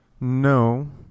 No